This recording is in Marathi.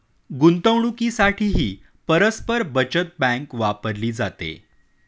गुंतवणुकीसाठीही परस्पर बचत बँक वापरली जाते